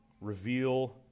reveal